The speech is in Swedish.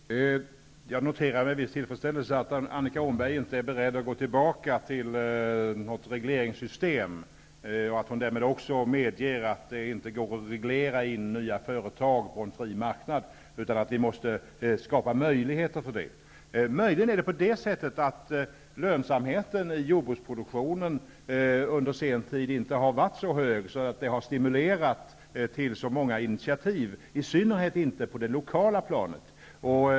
Fru talman! Jag noterar med viss tillfredsställelse att Annika Åhnberg inte är beredd att gå tillbaka till något regleringssystem och att hon därmed också medger att det inte går att reglera in nya företag på en fri marknad, utan att vi i stället måste skapa förutsättningar för sådana företag. Möjligen har lönsamheten inom jordbruksproduktionen under sen tid inte varit så hög att den har stimulerat till så många initiativ, i synnerhet inte på det lokala planet.